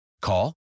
Call